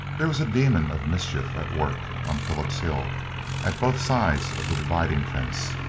there was a demon of mischief at work on philip's hill at both sides of the dividing fence.